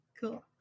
Cool